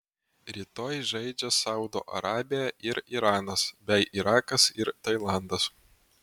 rytoj žaidžia saudo arabija ir iranas bei irakas ir tailandas